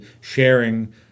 sharing